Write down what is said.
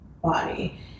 Body